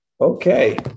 Okay